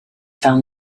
found